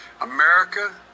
America